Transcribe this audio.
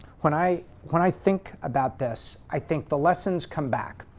when i when i think about this. i think the lessons come back.